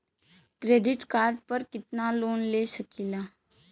Credit card पर कितनालोन ले सकीला?